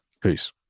peace